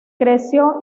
creció